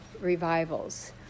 revivals